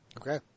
Okay